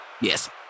Yes